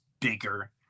bigger